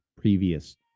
previous